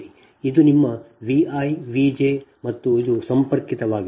ಇದು ನಿಮ್ಮ V i V j ಮತ್ತು ಇದು ಸಂಪರ್ಕಿತವಾಗಿದೆ